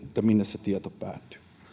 minne se tieto päätyy